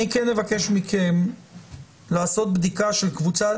אבקש מכם לעשות בדיקה של קבוצה,